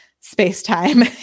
space-time